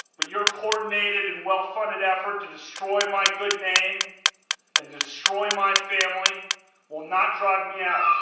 but your coordinated and well-funded effort to destroy my good name and destroy my family will not drag me out